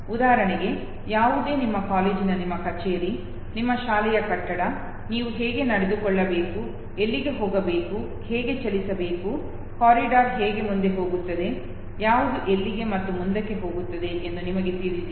ಉದಾಹರಣೆಗೆ ಯಾವುದೇ ನಿಮ್ಮ ಕಾಲೇಜಿನ ನಿಮ್ಮ ಕಚೇರಿ ನಿಮ್ಮ ಶಾಲೆಯ ಕಟ್ಟಡ ನೀವು ಹೇಗೆ ನಡೆದುಕೊಳ್ಳಬೇಕು ಎಲ್ಲಿಗೆ ಹೋಗಬೇಕು ಹೇಗೆ ಚಲಿಸಬೇಕು ಕಾರಿಡಾರ್ ಹೇಗೆ ಮುಂದೆ ಹೋಗುತ್ತದೆ ಯಾವುದು ಎಲ್ಲಿಗೆ ಮತ್ತು ಮುಂದಕ್ಕೆ ಹೋಗುತ್ತದೆ ಎಂದು ನಿಮಗೆ ತಿಳಿದಿದೆ